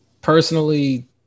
Personally